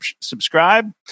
subscribe